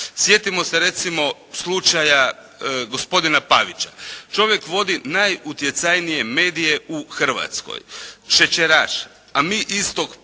Sjetimo se recimo slučaja gospodina Pavića. Čovjek vodi najutjecajnije medije u Hrvatskoj. Šećeraš. A mi istog ponižavamo,